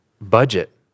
budget